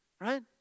Right